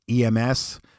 EMS